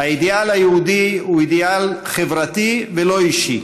האידיאל היהודי הוא אידיאל חברתי ולא אישי,